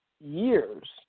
years